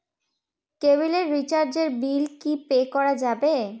কেবিলের রিচার্জের বিল কি পে করা যাবে?